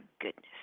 goodness